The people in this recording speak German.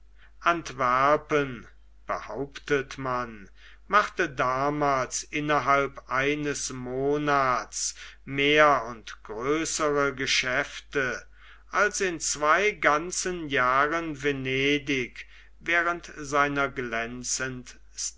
antwerpen behauptet man machte damals innerhalb eines monats mehr und größere geschäfte als in zwei ganzen jahren venedig während seiner